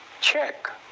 check